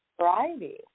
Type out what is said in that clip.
variety